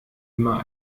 immer